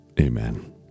Amen